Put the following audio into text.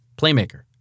Playmaker